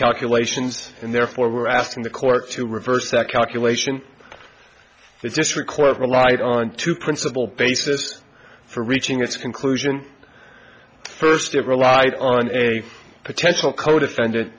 calculations and therefore we're asking the court to reverse that calculation that this record relied on two principal basis for reaching its conclusion first it relied on a potential codefend